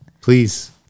Please